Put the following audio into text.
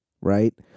Right